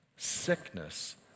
Sickness